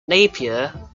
napier